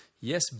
Yes